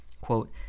Quote